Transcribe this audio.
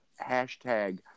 hashtag